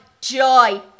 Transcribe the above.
Joy